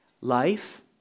Life